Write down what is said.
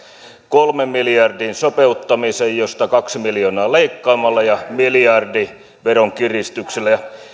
kolmen miljardin sopeuttamisen josta kaksi miljardia leikkaamalla ja miljardi veronkiristyksillä ja